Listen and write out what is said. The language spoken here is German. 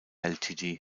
ltd